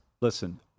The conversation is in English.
Listen